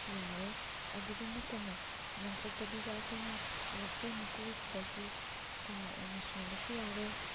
ꯌꯥꯔꯦ ꯑꯗꯨꯇ ꯅꯠꯇꯅ ꯂꯪꯊꯣꯛꯇꯕꯤꯗ ꯑꯩꯈꯣꯏꯅ ꯂꯐꯣꯏ ꯃꯀꯨꯁꯤꯗꯒꯤ ꯆꯥ ꯑꯣꯏꯅ ꯁꯨꯡꯕꯁꯨ ꯌꯥꯔꯦ